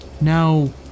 now